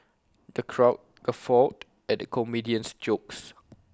the crowd guffawed at the comedian's jokes